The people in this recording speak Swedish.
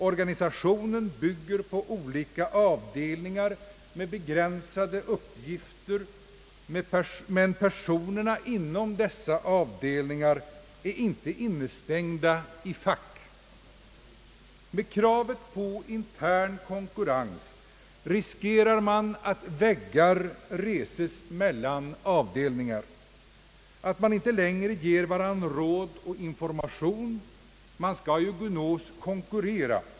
Organisationen bygger på olika avdelningar med begränsade uppgifter, men personerna inom dessa avdelningar är inte innestängda i fack. Med kravet på intern konkurrens riskerar man att väggar reses mellan avdelningar och att man inte längre ger varandra råd och information. Man skall ju gunås konkurrera.